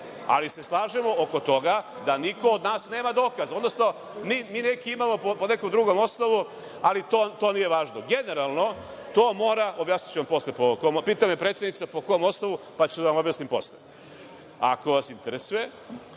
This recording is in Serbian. ali se slažemo oko toga da niko od nas nema dokaz, mi neki imamo po nekom drugom osnovu, ali to nije važno. Generalno, to mora, objasniću vam posle po kom osnovu. Pita me predsednica po kom osnovu, pa ću da vam objasnim posle ako vas interesuje,